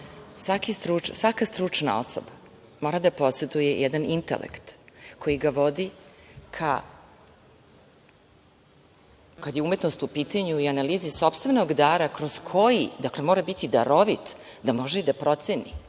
Svaka stručna osoba mora da poseduje jedan intelekt koji ga vodi, kad je umetnost u pitanju, i analizi sopstvenog dara kroz koji, dakle, mora biti darovit da može da proceni